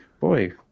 Boy